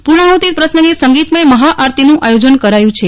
પૂર્શાહુતિ પ્રસંગે સંગીતમય મહાઆરતીનું આયોજન કરાયું છે